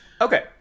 Okay